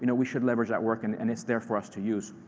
you know we should leverage that work, and and it's there for us to use.